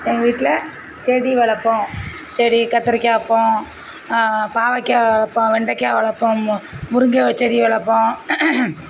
எங்கள் வீட்டில் செடி வளர்ப்போம் செடி கத்திரிக்காய் வைப்போம் பாவக்காய் வளர்ப்போம் வெண்டைக்காய் வளர்ப்போம் மு முருங்கை செடி வளர்ப்போம்